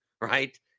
right